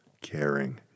caring